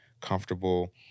comfortable